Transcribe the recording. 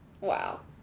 Wow